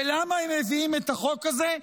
ולמה הם מביאים את החוק הזה?